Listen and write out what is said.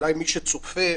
למי שצופה,